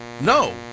no